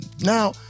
now